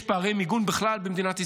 יש פערי מיגון בכלל במדינת ישראל.